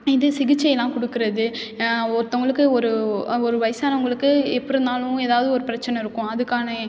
இது சிகிச்சையெல்லாம் கொடுக்குறது ஒருத்தவர்களுக்கு ஒரு ஒரு வயதானவங்களுக்கு எப்படி இருந்தாலும் ஏதாவது ஒரு பிரச்சின இருக்கும் அதுக்கான